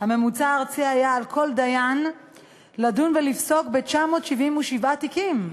הממוצע הארצי היה שעל כל דיין לדון ולפסוק ב-977 תיקים,